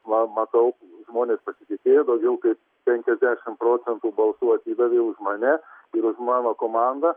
va matau žmonės pasitikėjo daugiau kaip penkiasdešimt procentų balsų atidavė už mane ir už mano komandą